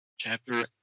Chapter